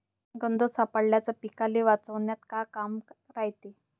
गंध सापळ्याचं पीकाले वाचवन्यात का काम रायते?